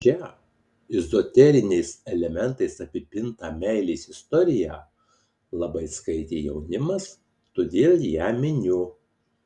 šią ezoteriniais elementais apipintą meilės istoriją labai skaitė jaunimas todėl ją miniu